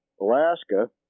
Alaska